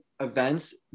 events